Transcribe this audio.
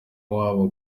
wabo